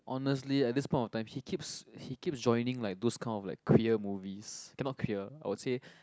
honestly at this point of time he keeps he keeps joining like those of clear movies cannot clear I would say